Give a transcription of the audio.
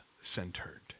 centered